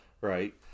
right